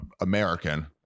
American